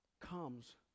comes